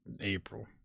April